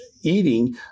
eating